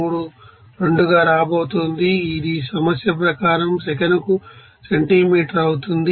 832 గా రాబోతోంది ఇది సమస్య ప్రకారం సెకనుకు సెంటీమీటర్ అవుతుంది